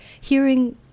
hearing